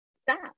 stop